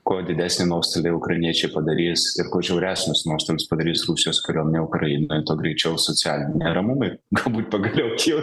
kuo didesni nuostoliai ukrainiečiai padarys ir kuo žiauresnius nuostolius padarys rusijos kariuomenė ukrainoj tuo greičiau socialiniai neramumai galbūt pagaliau čia juos